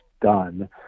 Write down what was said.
done